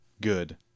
Good